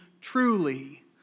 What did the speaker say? truly